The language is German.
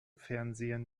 fernsehen